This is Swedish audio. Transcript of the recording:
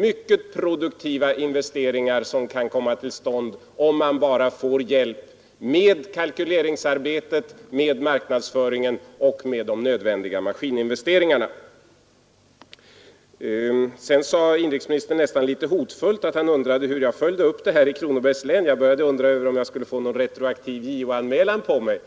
mycket produktiva investeringar som kan komma till stånd, om man bara får hjälp med kalkyleringsarbetet, med marknadsföringen och med de nödvändiga maskinivesteringarna. Sedan frågade inrikesministern nästan litet hotfullt hur jag följde upp det här i Kronobergs län, så jag började undra om jag skulle få någon retroaktiv JO-anmälan på mig.